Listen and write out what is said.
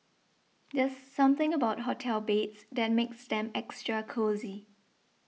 there's something about hotel beds that makes them extra cosy